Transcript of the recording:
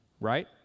right